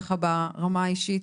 ככה ברמה האישית,